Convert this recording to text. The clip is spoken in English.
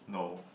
no